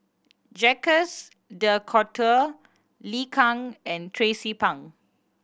Jacques De Coutre Liu Kang and Tracie Pang